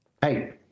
hey